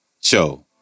Show